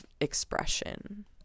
expression